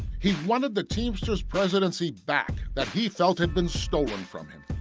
he wanted the teamster's presidency back that he felt had been stolen from him.